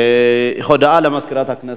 הודעה למזכירת הכנסת.